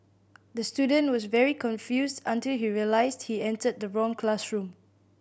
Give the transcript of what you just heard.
the student was very confused until he realised he entered the wrong classroom